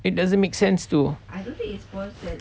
it doesn't make sense to